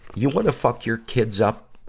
you wanna fuck your kids up?